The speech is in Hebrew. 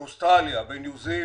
באוסטרליה, בניו-זילנד,